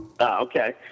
Okay